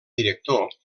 director